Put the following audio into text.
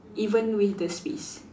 even with the space